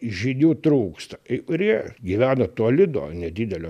žinių trūksta kai kurie gyvena toli nuo nedidelio